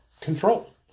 control